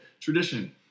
tradition